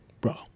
Bro